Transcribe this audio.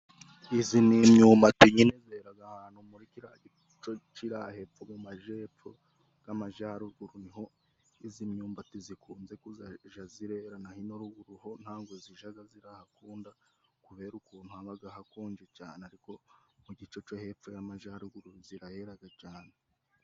Izi ni imyumbati nyine zeraga ahantu muri kira gice cira hepfo mu majyepfo bw'amajaruguru, niho izi myumbati zikunze kuzaja zirera naho ino ruguru ho ntago zijaga zirahakunda kubera ukuntu habaga hakonje cyane. ariko mu gice co hepfo y'amajyaruguru ziraheraga cane.